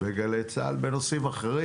בגלי צה"ל בנושאים אחרים.